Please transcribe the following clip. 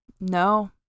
no